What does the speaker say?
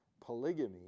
polygamy